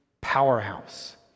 powerhouse